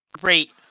Great